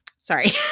Sorry